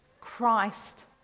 Christ